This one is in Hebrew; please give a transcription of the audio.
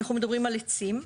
אנחנו מדברים על עצים,